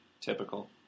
typical